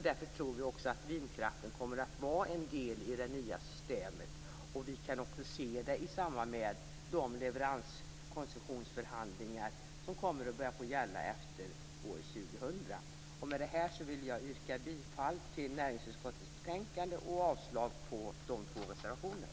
Därför tror vi också att vindkraften kommer att vara en del i det nya systemet. Vi kan också se detta i samband med de leveranskoncessionsförhandlingar som kommer att börja gälla efter år 2000. Med detta yrkar jag bifall till näringsutskottets hemställan i betänkandet och avslag på de två reservationerna.